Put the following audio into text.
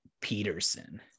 Peterson